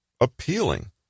appealing